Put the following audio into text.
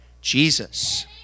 jesus